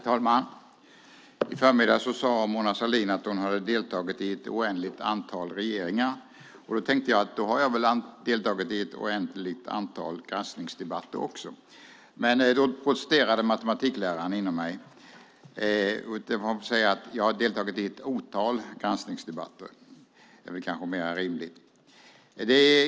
Herr talman! I förmiddags sade Mona Sahlin att hon hade deltagit i ett oändligt antal regeringar. Jag tänkte att då har väl jag deltagit i ett oändligt antal granskningsdebatter. Matematikläraren inom mig protesterade dock, och jag ska säga att jag deltagit i ett otal granskningsdebatter. Det är kanske mer rimligt.